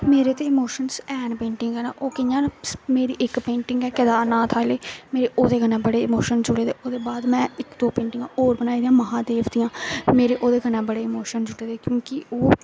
मेरे ते इमोशन हैन पेंटिंग कन्नै न ओह् कियां न मेरी इक पेंटिंग ऐ केदारनाथ आह्ली मरे ओह्दे कन्नै बड़े इमोशन जुड़े दे ओह्दे बाद में इक होर बनाई दी महादेव दियां मेरे ओह्दे कन्नै बड़े इमोशन जुड़े दे क्योंकि ओह्